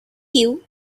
you